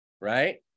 Right